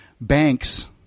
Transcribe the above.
banks